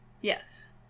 Yes